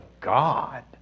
God